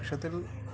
একসাথে